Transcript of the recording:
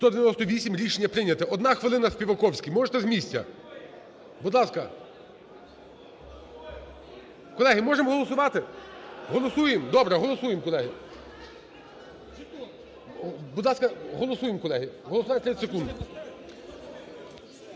За-198 Рішення прийнято. Одна хвилина, Співаковський. Можете с місця. Будь ласка. Колеги, можемо голосувати? Голосуємо? Добре. Голосуємо, колеги. Будь ласка, голосуємо, колеги. Голосування 30 секунд.